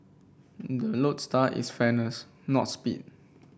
the lodestar is fairness not speed